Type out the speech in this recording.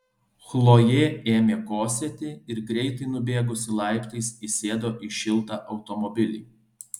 chlojė ėmė kosėti ir greitai nubėgusi laiptais įsėdo į šiltą automobilį